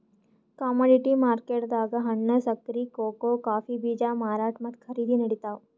commodity ಮಾರ್ಕೆಟ್ದಾಗ್ ಹಣ್ಣ್, ಸಕ್ಕರಿ, ಕೋಕೋ ಕಾಫೀ ಬೀಜ ಮಾರಾಟ್ ಮತ್ತ್ ಖರೀದಿ ನಡಿತಾವ್